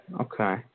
Okay